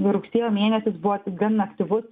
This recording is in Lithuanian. rugsėjo mėnis buvo gana aktyvus